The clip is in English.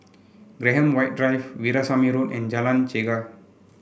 Graham White Drive Veerasamy Road and Jalan Chegar